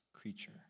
creature